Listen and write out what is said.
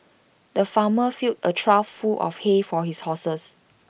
the farmer filled A trough full of hay for his horses